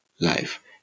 life